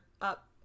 up